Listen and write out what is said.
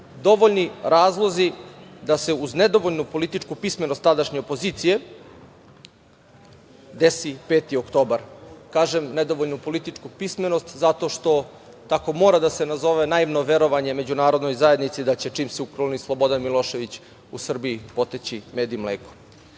dovoljni razlozi da se uz nedovoljnu političku pismenost tadašnje opozicije desi 5. oktobar. Kažem - nedovoljnu političku pismenost, zato što tako mora da se nazove naivno verovanje međunarodnoj zajednici da će čim se ukloni Slobodan Milošević u Srbiji poteći med i mleko. Ali,